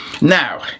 now